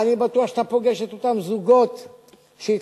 אני בטוח שאתה פוגש את אותם זוגות שהתחתנו,